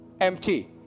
empty